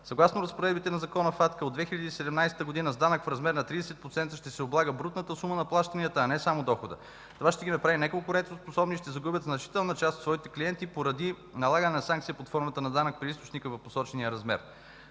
Съгласно разпоредбите на Закона FACTA от 2017 г. с данък в размер на 30% ще се облага брутната сума на плащанията, а не само доходът. Това ще ги направи неконкурентоспособни и ще загубят значителна част от своите клиенти поради налагане на санкция под формата на данък при източника в посочения размер.